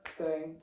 stay